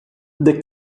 the